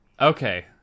Okay